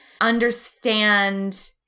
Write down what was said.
understand